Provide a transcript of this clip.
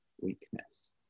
weakness